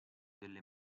delle